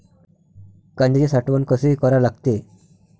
कांद्याची साठवन कसी करा लागते?